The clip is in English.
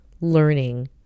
learning